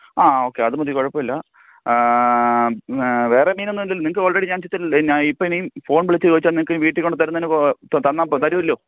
ആ ഓക്കെ അത് മതി കുഴപ്പം ഇല്ല വേറെ മീനൊന്നും ഇല്ലല്ലോ നിങ്ങൾക്ക് ഓള്റെഡി ഞാന് ഇതിൽത്തന്നെ അല്ലേ എന്നാൽ ഇപ്പം ഇനിയും ഫോണ് വിളിച്ച് ചോദിച്ചാൽ നിങ്ങൾക്കീ വീട്ടിൽ കൊണ്ട് തരുന്നതിന് തരുമല്ലോ